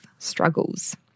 struggles